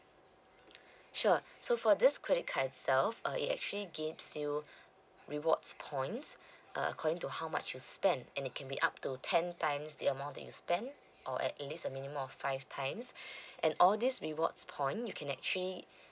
sure so for this credit card itself uh it actually gives you rewards points uh according to how much you spent and it can be up to ten times the amount that you spent or at least a minimum of five times and all these rewards point you can actually